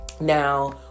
Now